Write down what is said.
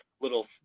little